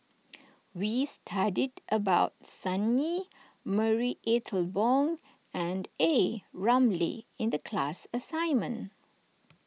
we studied about Sun Yee Marie Ethel Bong and A Ramli in the class assignment